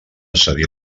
cedir